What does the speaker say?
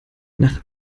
nach